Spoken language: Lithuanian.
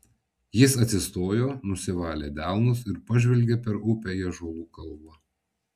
jis atsistojo nusivalė delnus ir pažvelgė per upę į ąžuolų kalvą